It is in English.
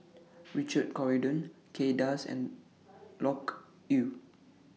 Richard Corridon Kay Das and Loke Yew